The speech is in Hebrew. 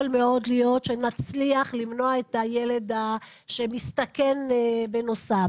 יכול מאוד להיות שנצליח למנוע את הילד שמסתכן בנוסף.